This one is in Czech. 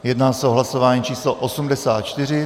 Jedná se o hlasování číslo 84.